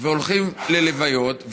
והולכים ללוויות.